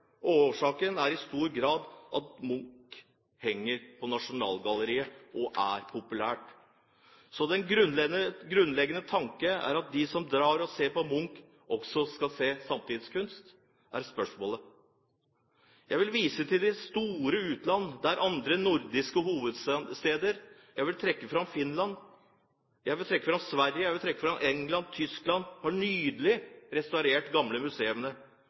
Årsaken er i stor grad at Munch er populær og henger på Nasjonalgalleriet. Den grunnleggende tanken er at de som drar og ser på Munch, også skal få se på samtidskunst. Det er tanken. Jeg viser til det store utland og de andre nordiske hovedstedene. Jeg vil trekke fram Finland, jeg vil trekke fram Sverige, jeg vil trekke fram England og Tyskland som nylig har restaurert de gamle